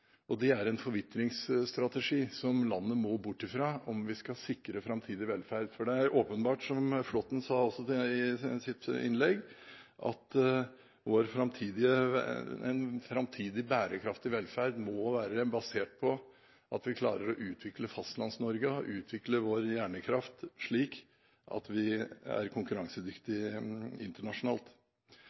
og det er en forvitringsstrategi som landet må bort fra om vi skal sikre framtidig velferd. Det er åpenbart – som Flåtten også sa i sitt innlegg – at en framtidig bærekraftig velferd må være basert på at vi klarer å utvikle Fastlands-Norge og utvikle vår hjernekraft slik at vi er konkurransedyktige internasjonalt.